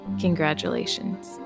congratulations